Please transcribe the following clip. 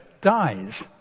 dies